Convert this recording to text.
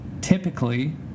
Typically